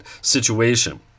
situation